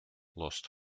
lost